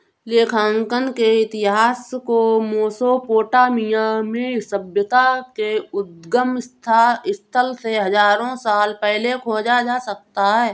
लेखांकन के इतिहास को मेसोपोटामिया में सभ्यता के उद्गम स्थल से हजारों साल पहले खोजा जा सकता हैं